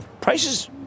prices